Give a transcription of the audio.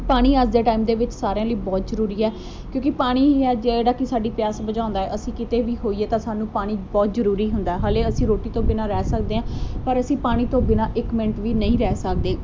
ਪਾਣੀ ਅੱਜ ਦੇ ਟਾਈਮ ਦੇ ਵਿੱਚ ਸਾਰਿਆਂ ਲਈ ਬਹੁਤ ਜ਼ਰੂਰੀ ਹੈ ਕਿਉਂਕਿ ਪਾਣੀ ਹੈ ਜਿਹੜਾ ਕਿ ਸਾਡੀ ਪਿਆਸ ਬੁਝਾਉਂਦਾ ਅਸੀਂ ਕਿਤੇ ਵੀ ਹੋਈਏ ਤਾਂ ਸਾਨੂੰ ਪਾਣੀ ਬਹੁਤ ਜ਼ਰੂਰੀ ਹੁੰਦਾ ਹਜੇ ਅਸੀਂ ਰੋਟੀ ਤੋਂ ਬਿਨਾਂ ਰਹਿ ਸਕਦੇ ਹਾਂ ਪਰ ਅਸੀਂ ਪਾਣੀ ਤੋਂ ਬਿਨਾਂ ਇੱਕ ਮਿੰਟ ਵੀ ਨਹੀਂ ਰਹਿ ਸਕਦੇ